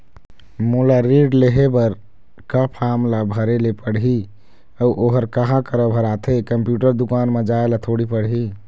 मोला ऋण लेहे बर का फार्म ला भरे ले पड़ही अऊ ओहर कहा करा भराथे, कंप्यूटर दुकान मा जाए ला थोड़ी पड़ही?